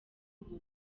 ubu